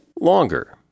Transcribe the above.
longer